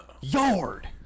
yard